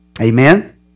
Amen